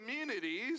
communities